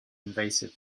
invasive